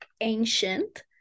ancient